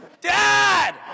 Dad